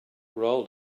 rolled